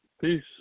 Peace